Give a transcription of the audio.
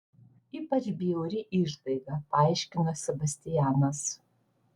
ypač bjauri išdaiga paaiškino sebastianas